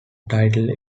title